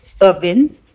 oven